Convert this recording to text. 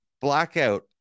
blackout